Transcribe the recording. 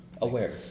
aware